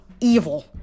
evil